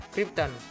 Krypton